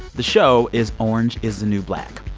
the show is orange is the new black.